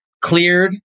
cleared